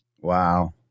Wow